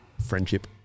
friendship